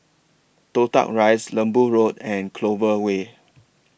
Toh Tuck Rise Lembu Road and Clover Way